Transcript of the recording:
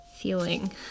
feeling